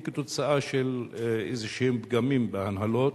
כתוצאה מאיזשהם פגמים בהנהלות,